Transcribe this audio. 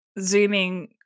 zooming